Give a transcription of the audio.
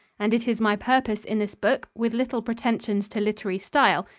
and it is my purpose in this book, with little pretensions to literary style,